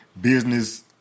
business